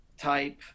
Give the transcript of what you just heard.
type